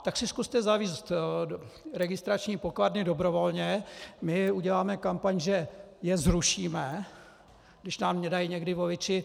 Tak si zkuste zavést registrační pokladny dobrovolně, my uděláme kampaň, že je zrušíme, když nám dají někdy voliči...